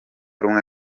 rumwe